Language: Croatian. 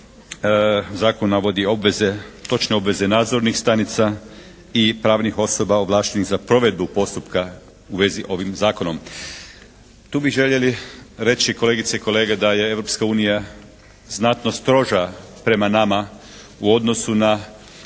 zakon navodi obveze, točne obveze nadzornih stanica i pravnih osoba ovlaštenih za provedbu postupka u vezi s ovim zakonom. Tu bih željeli reći kolegice i kolege da je Europska unija znatno stroža prema nama u odnosu na